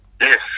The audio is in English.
Yes